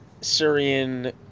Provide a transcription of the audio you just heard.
Syrian